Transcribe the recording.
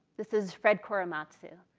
this is fred korematsu.